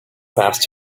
passed